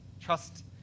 Trust